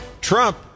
trump